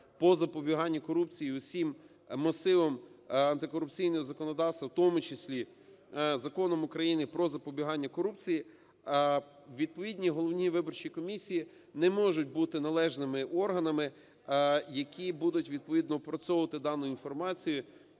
по запобіганню корупції і усім масивом антикорупційного законодавства, в тому числі Законом України "Про запобігання корупції", відповідні головні виборчі комісії не можуть бути належними органами, які будуть відповідно опрацьовувати дану інформацію